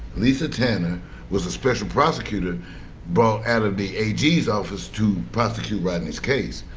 lisa tanner was the special prosecutor brought out of the a g s office to prosecute rodney's case.